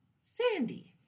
sandy